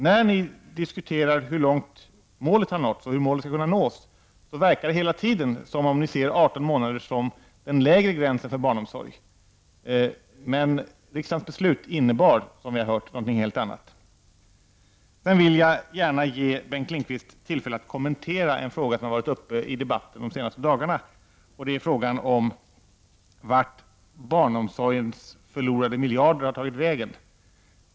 När ni diskuterar hur målet skall kunna nås så verkar det hela tiden som om ni ser 18 månader som den lägre gränsen för barnomsorg. Men riksdagens beslut innebar något helt annat, som vi har hört. Sedan vill jag gärna ge Bengt Lindqvist tillfälle att kommentera en fråga som har varit uppe i debatten de senaste dagarna, och det är frågan om vart barnomsorgens förlorade miljarder har tagit vägen.